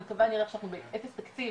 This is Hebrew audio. אני מקווה כי נראה שאנחנו באפס תקציב